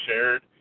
shared